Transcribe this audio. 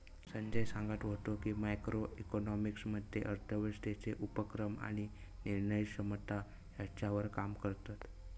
संजय सांगत व्हतो की, मॅक्रो इकॉनॉमिक्स मध्ये अर्थव्यवस्थेचे उपक्रम आणि निर्णय क्षमता ह्यांच्यावर काम करतत